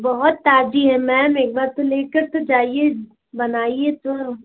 बहुत ताजी है मैम एक बार तो लेकर तो जाइए बनाइए तो